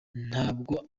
ntabwo